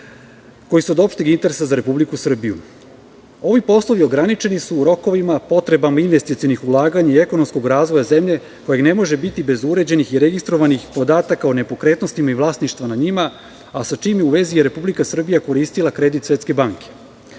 koji su od opšteg interesa za Republiku Srbiju. Ovi poslovi su ograničeni rokovima, potrebama investicionih ulaganja i ekonomskog razvoja zemlje, kojeg ne može biti bez uređenih i registrovanih podataka o nepokretnostima i vlasništvu nad njima, a sa čime je u vezi i Republika Srbija koristila kredit Svetske